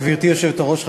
גברתי היושבת-ראש,